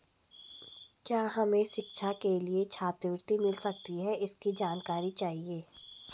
क्या हमें शिक्षा के लिए छात्रवृत्ति मिल सकती है इसकी जानकारी चाहिए?